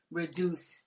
reduce